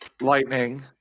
lightning